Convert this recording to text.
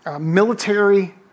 military